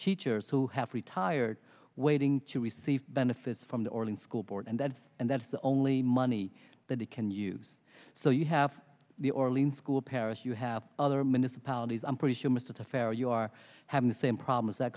teachers who have retired waiting to receive benefits from the oregon school board and that's and that's the only money that they can use so you have the orleans school parish you have other minister polities i'm pretty sure most of the fair you are having the same problem is that